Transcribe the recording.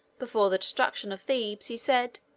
before the destruction of thebes, he said,